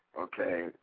Okay